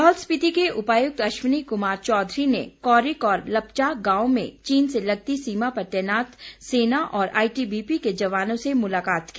लाहौल स्पिति के उपायुक्त अश्वनी कुमार चौधरी ने कौरिक और लपचा गांव में चीन से लगती सीमा पर तैनात सेना और आईटीबीपी के जवानों से मुलाकात की